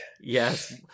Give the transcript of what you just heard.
Yes